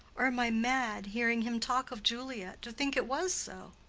or am i mad, hearing him talk of juliet to think it was so?